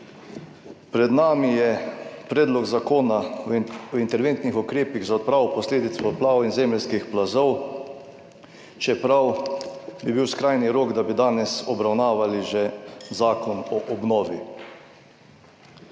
Pred nami je Predlog zakona o interventnih ukrepih za odpravo posledic poplav in zemeljskih plazov. Čeprav bi bil skrajni rok, da bi danes obravnavali že zakon o obnovi.